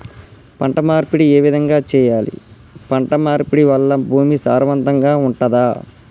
పంట మార్పిడి ఏ విధంగా చెయ్యాలి? పంట మార్పిడి వల్ల భూమి సారవంతంగా ఉంటదా?